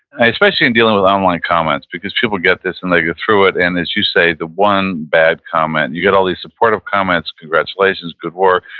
and especially in dealing with online comments, because people get this and they go through it, and as you say, the one bad comment, you get all these supportive comments, congratulations, good work,